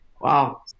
wow